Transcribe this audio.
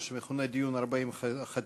מה שמכונה דיון 40 חתימות.